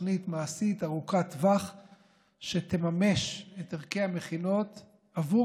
תוכנית מעשית ארוכת טווח שתממש את ערכי המכינות עבור